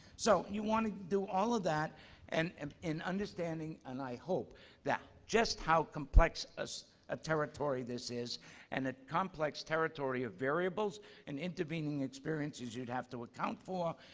so you want to do all of that and um in understanding. and i hope that just how complex a ah territory this is and a complex territory of variables and intervening experiences you'd have to account for.